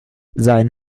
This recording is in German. sein